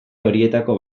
horietako